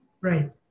Right